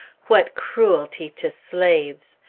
what cruelty to slaves!